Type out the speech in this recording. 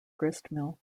gristmill